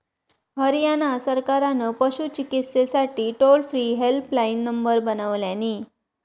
हरयाणा सरकारान पशू चिकित्सेसाठी टोल फ्री हेल्पलाईन नंबर बनवल्यानी